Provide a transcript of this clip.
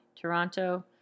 Toronto